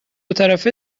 طرفه